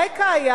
הרקע היה,